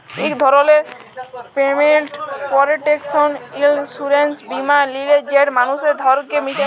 ইক ধরলের payment protection insurance বীমা লিলে যেট মালুসের ধারকে মিটায়